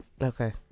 Okay